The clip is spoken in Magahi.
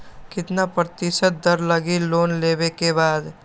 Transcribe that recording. कितना प्रतिशत दर लगी लोन लेबे के बाद?